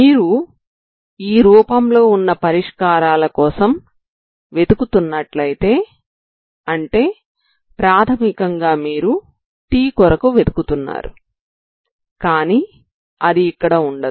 మీరు ఈ రూపంలో వున్న పరిష్కారాల కోసం వెదుకుతున్నట్లయితే అంటే ప్రాథమికంగా మీరు t కొరకు వెదుకుతున్నారు కానీ అది ఇక్కడ ఉండదు